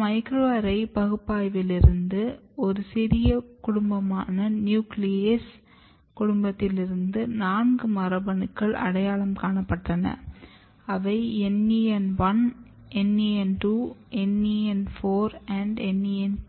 இந்த மைக்ரோஅரே பகுப்பாய்விலிருந்து ஒரு சிறிய குடும்பமான நியூக்ளியேஸ் குடும்பத்திலிருந்து நான்கு மரபணுக்கள் அடையாளம் காணப்பட்டன அவை NEN1 NEN2 NEN4